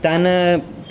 તાના